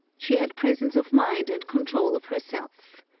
she had presence of mind and control of herself.